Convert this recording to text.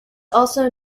also